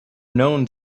known